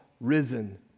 risen